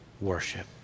worship